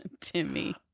timmy